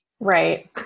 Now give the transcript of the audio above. Right